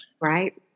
Right